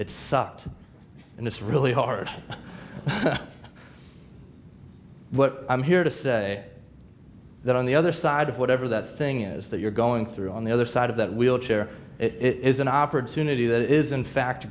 it sucked and it's really hard but i'm here to say that on the other side of whatever that thing is that you're going through on the other side of that wheelchair it is an opportunity that is in fact